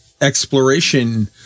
exploration